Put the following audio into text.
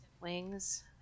wings